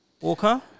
Walker